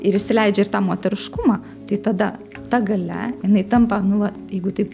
ir įsileidžia ir tą moteriškumą tai tada ta galia jinai tampa nu va jeigu taip